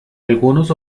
algunos